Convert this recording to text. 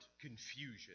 confusion